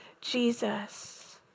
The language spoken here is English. Jesus